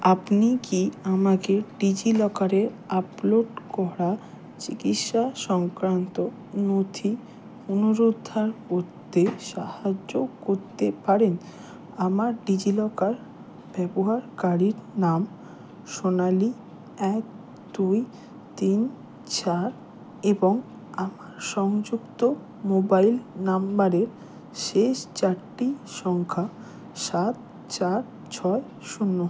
আপনি কি আমাকে ডিজিলকারে আপলোড করা চিকিৎসা সংক্রান্ত নথি পুনরুদ্ধার করতে সাহায্য করতে পারেন আমার ডিজিলকার ব্যবহারকারীর নাম সোনালী এক দুই তিন চার এবং আমার সংযুক্ত মোবাইল নাম্বারের শেষ চারটি সংখ্যা সাত চার ছয় শূন্য